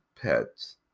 pets